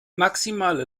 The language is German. maximale